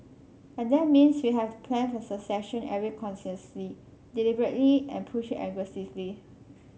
and that means we have to plan for succession very consciously deliberately and push it aggressively